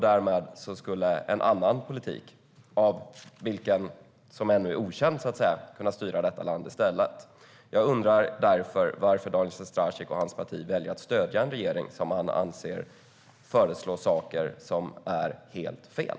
Därmed skulle en annan politik, som ännu är okänd, styra landet i stället. Jag undrar därför varför Daniel Sestrajcic och hans parti väljer att stödja en regering han anser föreslår saker som är helt fel.